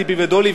ציפי ודולי,